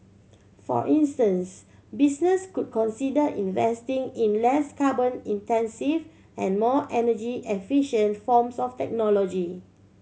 for instance business could consider investing in less carbon intensive and more energy efficient forms of technology